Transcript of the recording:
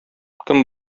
кем